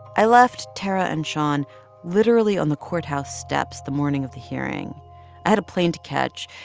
i left tarra and shon literally on the courthouse steps the morning of the hearing. i had a plane to catch.